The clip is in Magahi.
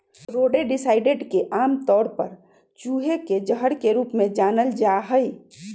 रोडेंटिसाइड्स के आमतौर पर चूहे के जहर के रूप में जानल जा हई